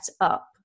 up